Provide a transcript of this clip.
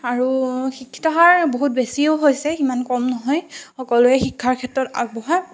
আৰু শিক্ষিতৰ হাৰ বহুত বেছিও হৈছে সিমান কম নহয় সকলোৱে শিক্ষাৰ ক্ষেত্ৰত আগবঢ়া